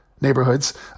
neighborhoods